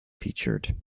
featured